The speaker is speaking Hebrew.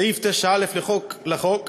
סעיף 9א לחוק,